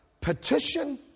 petition